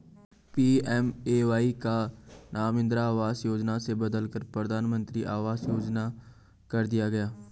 PMAY का नाम इंदिरा आवास योजना से बदलकर प्रधानमंत्री आवास योजना कर दिया गया